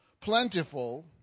plentiful